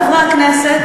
חברי הכנסת,